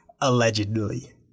Allegedly